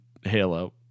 halo